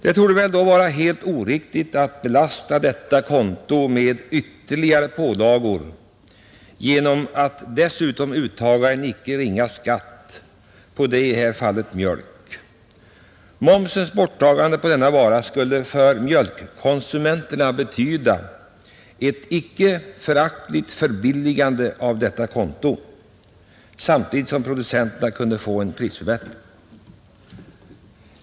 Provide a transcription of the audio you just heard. Det torde då vara helt oriktigt att belasta detta konto med ytterligare pålagor genom att dessutom uttaga en icke ringa skatt på i detta fall mjölk. Momsens borttagande på denna vara skulle för mjölkkonsumenterna betyda ett icke föraktligt förbilligande av detta konto samtidigt som producenterna kunde få en prisförbättring.